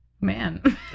man